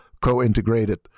co-integrated